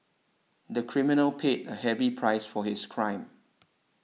the criminal paid a heavy price for his crime